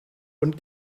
und